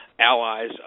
allies